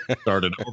started